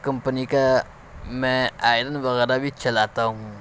company کا میں iron وغیرہ بھی چلاتا ہوں